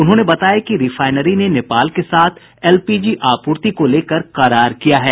उन्होंने बताया कि रिफाइनरी ने नेपाल के साथ एलपीजी आपूर्ति को लेकर करार किया है